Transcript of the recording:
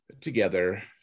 together